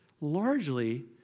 largely